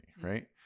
right